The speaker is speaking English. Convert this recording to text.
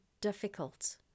difficult